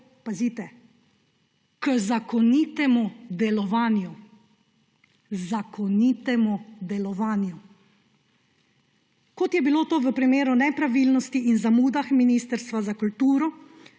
pazite! – k zakonitemu delovanju. Zakonitemu delovanju! Kot je bilo to v primeru nepravilnosti in zamudah Ministrstva za kulturo